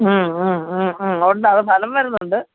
മ്മ് മ്മ് മ്മ് മ്മ് ഉണ്ട് അത് ഫലം വരുന്നുണ്ട്